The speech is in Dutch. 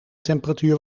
temperatuur